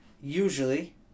usually